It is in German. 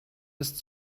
ist